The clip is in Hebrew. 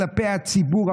כלפי הציבור,